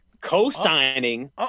co-signing